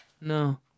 No